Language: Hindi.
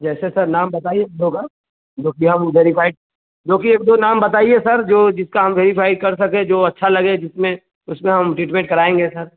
जैसे सर नाम बताइए जो होगा जो कि हम वेरीफ़ाई जो कि एक दो नाम बताइए सर जो जिसका हम वेरीफ़ाई कर सकें जो अच्छा लगे जिसमें उसमें हम ट्रीटमेंट कराएँगे सर